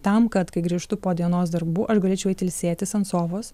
tam kad kai grįžtu po dienos darbų ar galėčiau eiti ilsėtis ant sofos